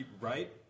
right